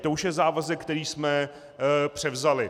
To už je závazek, který jsme převzali.